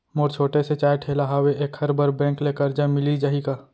मोर छोटे से चाय ठेला हावे एखर बर बैंक ले करजा मिलिस जाही का?